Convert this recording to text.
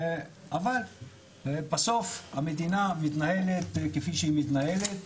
אבל בסוף המדינה מתנהלת כפי שהיא מתנהלת,